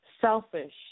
Selfish